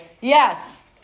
Yes